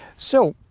so